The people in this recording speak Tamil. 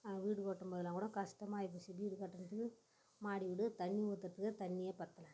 நாங்கள் வீடு கட்டும் போதுலாம் கூட கஷ்டமா இருந்துச்சு வீடு கட்டுறதுக்கு மாடி வீடு தண்ணி ஊற்றுறதுக்கே தண்ணியே பத்தலை